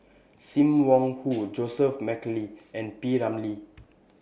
SIM Wong Hoo Joseph Mcnally and P Ramlee